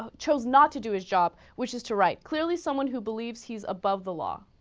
ah chose not to do his job which is to write clearly someone who believes he's above the law